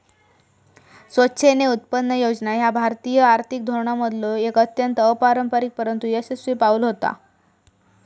स्वेच्छेने उत्पन्न योजना ह्या भारतीय आर्थिक धोरणांमधलो एक अत्यंत अपारंपरिक परंतु यशस्वी पाऊल होता